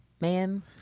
man